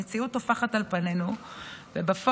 המציאות טופחת על פנינו ובפועל,